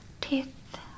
teeth